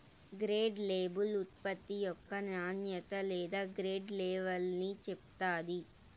grade label ఉత్పత్తి యొక్క నాణ్యత లేదా గ్రేడ్ లెవల్ని చెప్తాది